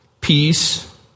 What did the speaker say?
peace